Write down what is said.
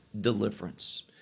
deliverance